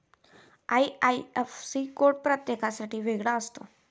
IIFC code प्रत्येकासाठी वेगळा असतो